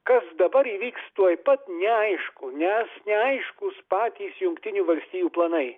kas dabar įvyks tuoj pat neaišku nes neaiškūs patys jungtinių valstijų planai